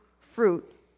fruit